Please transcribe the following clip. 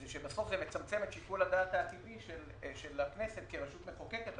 הוא שבסוף זה מצמצם את שיקול הדעת העתידי של הכנסת כרשות מחוקקת.